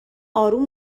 اروم